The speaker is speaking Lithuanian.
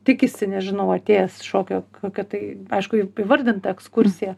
tikisi nežinau atėjęs šokio kokio tai aišku įvardinta ekskursija